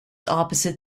opposite